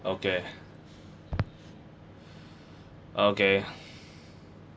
okay okay